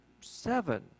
seven